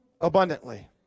abundantly